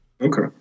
okay